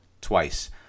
twice